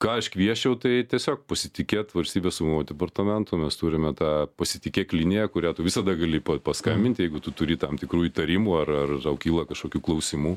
ką aš kviesčiau tai tiesiog pasitikėt valstybės saugumo departamentu mes turime tą pasitikėk liniją kurią tu visada gali paskambinti jeigu tu turi tam tikrų įtarimų ar ar tau kyla kažkokių klausimų